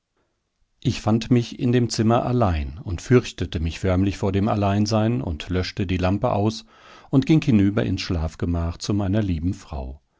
ich fand mich in dem zimmer allein und fürchtete mich förmlich vor dem alleinsein und löschte die lampe aus und ging hinüber ins schlafgemach zu meiner lieben frau